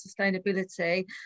sustainability